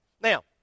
Now